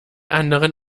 anderen